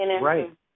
Right